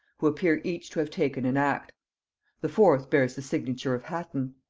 who appear each to have taken an act the fourth bears the signature of hatton.